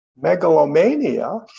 megalomania